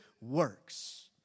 works